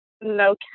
no